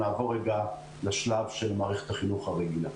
נעבור רגע לשלב של מערכת החינוך הרגילה.